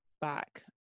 back